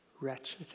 wretched